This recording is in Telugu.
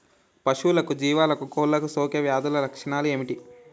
పశువులకు జీవాలకు కోళ్ళకు సోకే వ్యాధుల లక్షణాలు ఏమిటి?